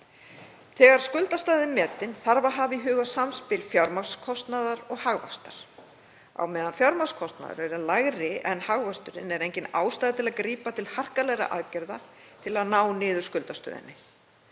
Þegar skuldastaða er metin þarf að hafa í huga samspil fjármagnskostnaðar og hagvaxtar. Á meðan fjármagnskostnaður er lægri en hagvöxturinn er engin ástæða til að grípa til harkalegra aðgerða til að ná niður skuldastöðunni.